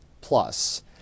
plus